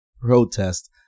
protest